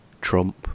Trump